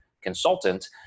consultant